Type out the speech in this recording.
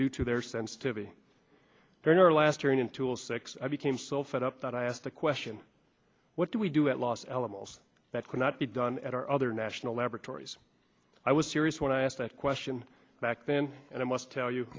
due to their sensitivity during our last turn into a six i became so fed up that i asked the question what do we do at los alamos that cannot be done at our other national laboratories i was serious when i asked that question back then and i must tell you